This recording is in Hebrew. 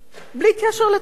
בלי קשר לתשומות.